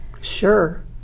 Sure